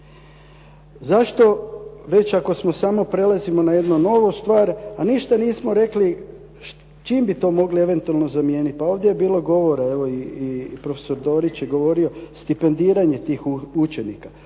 Zašto već ako smo samo prelazimo na jednu novu stvar, a ništa nismo rekli čim bi to mogli eventualno zamijeniti. Pa ovdje je bilo govore, evo i prof. Dorić je govorio stipendiranje tih učenika,